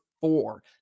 four